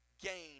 gain